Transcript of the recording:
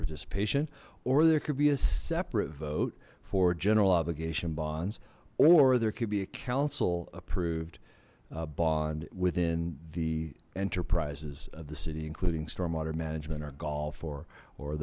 participation or there could be a separate vote for general obligation bonds or there could be a council approved bond within the enterprise's of the city including stormwater management or golf or or